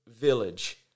village